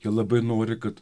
jie labai nori kad